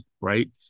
Right